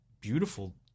beautiful